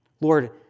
Lord